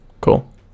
cool